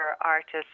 artists